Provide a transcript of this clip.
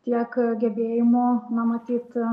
tiek gebėjimu na matyt